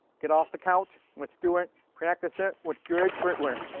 get off the couch! let's do it! practice it! with good footwork.